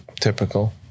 typical